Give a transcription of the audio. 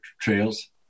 trails